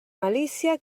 malícia